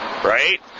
Right